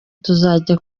tuzajya